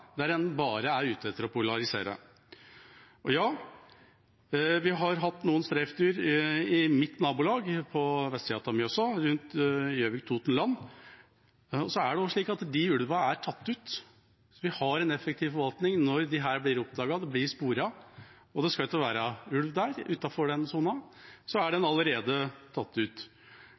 der en bare er ute etter å polarisere. Ja, vi har hatt noen streifdyr i mitt nabolag på vestsida av Mjøsa, rundt Gjøvik, Toten, Land, men det er også slik at de ulvene er tatt ut. Vi har en effektiv forvaltning når disse blir oppdaget, når de blir sporet. Det skal ikke være ulv utenfor den sona, så de er allerede tatt ut.